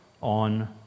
on